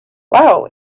wow